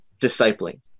discipling